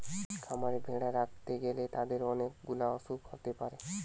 খামারে ভেড়া রাখতে গ্যালে তাদের অনেক গুলা অসুখ হতে পারে